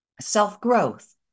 self-growth